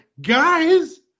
guys